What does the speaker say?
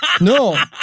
No